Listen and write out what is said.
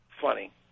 funny